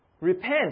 Repent